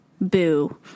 boo